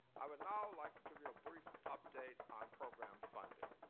i would now like to give you a brief update on program funding.